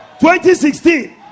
2016